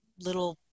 little